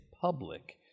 public